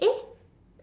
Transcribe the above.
eh